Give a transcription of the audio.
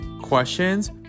questions